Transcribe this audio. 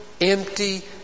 empty